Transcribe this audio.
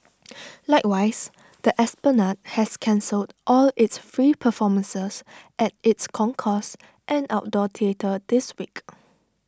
likewise the esplanade has cancelled all its free performances at its concourse and outdoor theatre this week